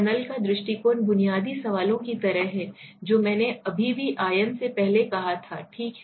funnel का दृष्टिकोण बुनियादी सवालों की तरह है जो मैंने अभी भी आयन से पहले कहा था ठीक है